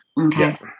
okay